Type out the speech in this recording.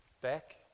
back